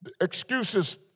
excuses